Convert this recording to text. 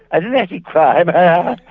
i didn't actually cry. but